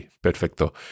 perfecto